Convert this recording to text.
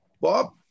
Bob